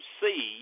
see